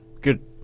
Good